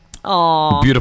Beautiful